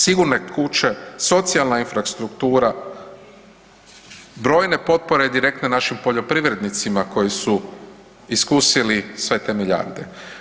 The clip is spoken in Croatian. Sigurne kuće, socijalna infrastruktura, brojne potpore i direktne našim poljoprivrednicima koji su iskusili sve te milijarde.